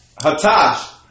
Hatash